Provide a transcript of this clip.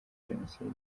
genocide